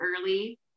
early